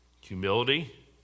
Humility